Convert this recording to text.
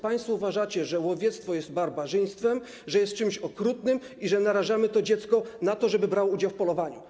Państwo uważacie, że łowiectwo jest barbarzyństwem, że jest czymś okrutnym i że narażamy dziecko na to, żeby brało udział w polowaniu.